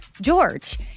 George